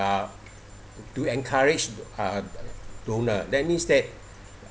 to encourage uh donor that means that